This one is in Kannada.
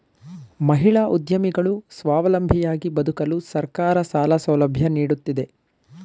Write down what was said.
ಮಹಿಳಾ ಉದ್ಯಮಿಗಳು ಸ್ವಾವಲಂಬಿಯಾಗಿ ಬದುಕಲು ಸರ್ಕಾರ ಸಾಲ ಸೌಲಭ್ಯ ನೀಡುತ್ತಿದೆ